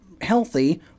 healthy